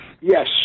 yes